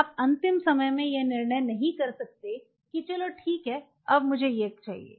आप अंतिम समय में यह निर्णय नहीं कर सकते कि चलो ठीक है अब मुझे यह चाहिए